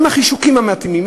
עם החישוקים המתאימים,